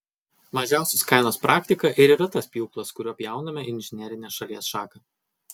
mažiausios kainos praktika ir yra tas pjūklas kuriuo pjauname inžinerinę šalies šaką